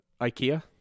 Ikea